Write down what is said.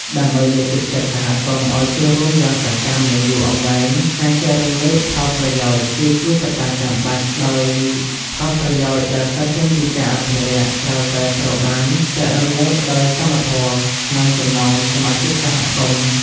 ដើម្បីលើកទឹកចិត្តសហគមន៍ឱ្យចូលរួមយ៉ាងសកម្ម និងយូរអង្វែង ការចែករំលែកផលប្រយោជន៍ គឺជាកត្តាចាំបាច់ ដោយផលប្រយោជន៍ដែលកើតចេញពីការអភិរក្ស ត្រូវតែត្រូវបាន ចែករំលែកដោយសមធម៌ ក្នុងចំណោមសមាជិកសហគមន៍។